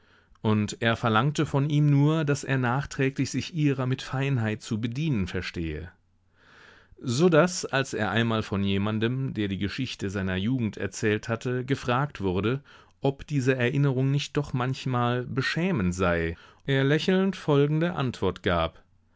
und er verlangte von ihm nur daß er nachträglich sich ihrer mit feinheit zu bedienen verstehe so daß als er einmal von jemandem dem er die geschichte seiner jugend erzählt hatte gefragt wurde ob diese erinnerung nicht doch manchmal beschämend sei er lächelnd folgende antwort gab